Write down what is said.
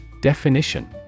Definition